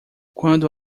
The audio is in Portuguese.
quando